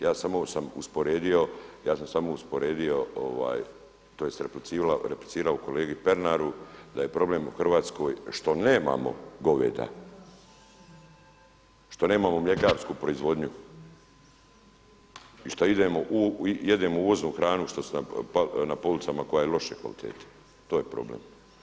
Ja samo sam usporedio, ja sam samo usporedio, tj. replicirao kolegi Pernaru da je problem u Hrvatskoj što nemamo goveda, što nemamo mljekarsku proizvodnju i što idemo, jedemo uvoznu hranu što su nam, na policama koja je loše kvalitete, to je problem.